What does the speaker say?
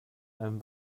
einem